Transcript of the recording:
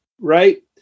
right